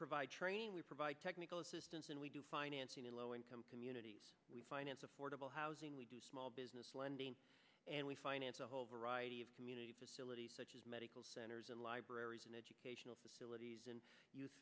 provide training we provide technical assistance and we do financing in low income communities we finance affordable housing we do small business lending and we finance a whole variety of community facilities such as medical centers and libraries and educational facilities and youth